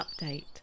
update